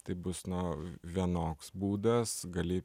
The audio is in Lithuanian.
tai bus na vienoks būdas gali